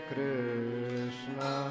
Krishna